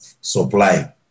supply